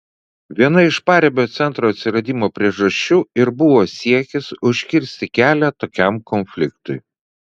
viena iš paribio centro atsiradimo priežasčių ir buvo siekis užkirsti kelią tokiam konfliktui